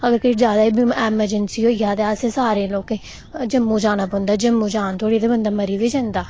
अगर किश जादै गै एमरजेंसी होई जा ते असें सारें लोकें जम्मू जाना पौंदा जम्मू जाने तोड़ी ते बंदा मरी बी जंदा